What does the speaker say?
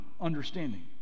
understanding